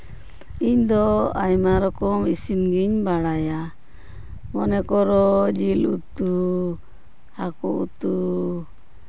ᱤᱧ ᱫᱚ ᱟᱭᱢᱟ ᱨᱚᱠᱚᱢ ᱤᱥᱤᱱ ᱜᱤᱧ ᱵᱟᱲᱟᱭᱟ ᱢᱚᱱᱮ ᱠᱚᱨᱚ ᱡᱤᱞ ᱩᱛᱩ ᱦᱟᱠᱩ ᱩᱛᱩ